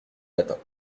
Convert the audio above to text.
matins